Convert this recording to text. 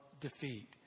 defeat